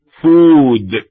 food